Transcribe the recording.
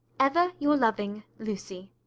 ever your loving lucy.